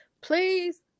please